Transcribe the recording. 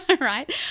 right